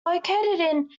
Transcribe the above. located